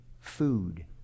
food